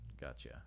gotcha